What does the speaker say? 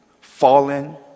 fallen